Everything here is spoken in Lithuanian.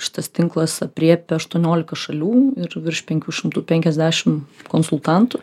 šitas tinklas aprėpia aštuoniolika šalių ir virš penkių šimtų penkiasdešim konsultantų